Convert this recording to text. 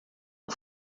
que